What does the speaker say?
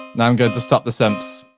now i'm going to stop the synths.